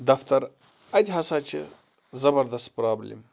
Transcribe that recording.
دَفتَر اَتہِ ہسا چھِ زَبَردست پرٛابلِم